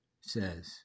says